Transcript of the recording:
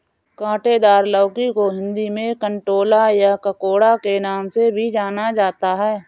काँटेदार लौकी को हिंदी में कंटोला या ककोड़ा के नाम से भी जाना जाता है